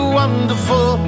wonderful